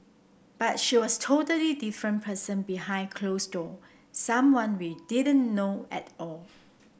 but she was totally different person behind close door someone we didn't know at all